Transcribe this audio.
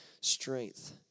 Strength